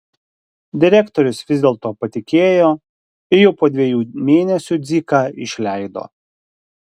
direktorius vis dėl to patikėjo ir jau po dviejų mėnesių dziką išleido